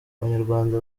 abanyarwanda